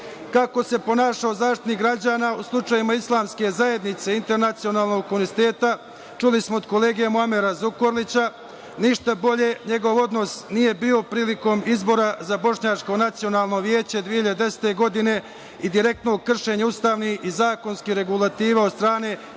se ponašao Zaštitnik građana u slučajevima islamske zajednice, internacionalnog kurioziteta, čuli smo od kolege Muamera Zukorlića, ništa bolje njegov odnos nije bio prilikom izbora za Bošnjačko nacionalno veće 2010. godine i direktno u kršenje ustavni i zakonski regulativa od strane